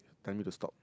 tell me to stop